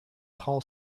tall